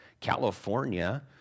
California